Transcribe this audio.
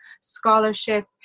scholarship